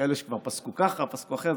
כאלה שכבר פסקו ככה, פסקו אחרת.